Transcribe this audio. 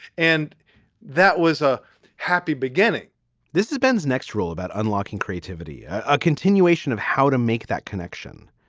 and that was a happy beginning this is ben's next rule about unlocking creativity. a continuation of how to make that connection.